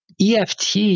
EFT